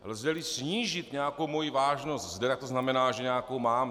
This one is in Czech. Lzeli snížit nějakou moji vážnost zde, to znamená, že nějakou mám.